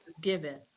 given